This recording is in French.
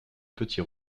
petits